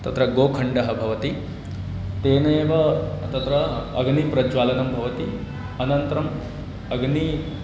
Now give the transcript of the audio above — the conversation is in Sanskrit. तत्र गोखण्डः भवति तेनैव तत्र अग्निप्रज्वालनं भवति अनन्तरम् अग्निः